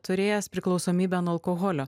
turėjęs priklausomybę nuo alkoholio